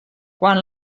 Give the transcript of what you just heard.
quan